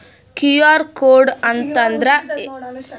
QR code ಅಂತಂದ್ರ ಏನ್ರೀ?